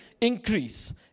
increase